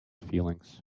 feelings